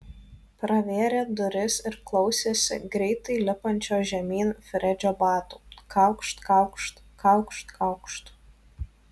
pravėrė duris ir klausėsi greitai lipančio žemyn fredžio batų kaukšt kaukšt kaukšt kaukšt